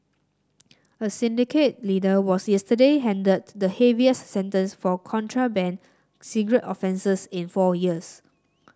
a syndicate leader was yesterday handed the heaviest sentence for contraband cigarette offences in four years